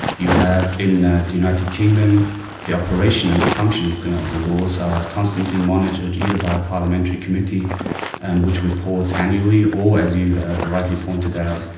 you have in the united kingdom the operation and function of the laws are constantly monitored either by a parliamentary committee and which reports annually or, as you rightly pointed out,